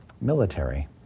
military